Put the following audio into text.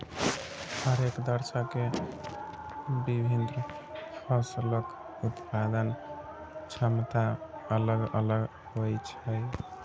हरेक देशक के विभिन्न फसलक उत्पादन क्षमता अलग अलग होइ छै